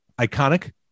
iconic